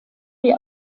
wie